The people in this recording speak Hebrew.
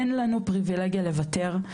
אין לנו פריבילגיה לוותר,